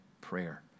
prayer